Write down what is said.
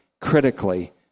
critically